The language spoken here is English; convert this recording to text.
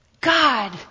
God